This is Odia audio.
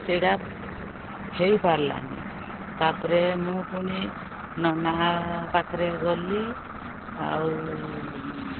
ସେଇଟା ହୋଇପାରିଲାନି ତାପରେ ମୁଁ ପୁଣି ନନା ପାଖରେ ଗଲି ଆଉ